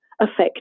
affect